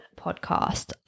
podcast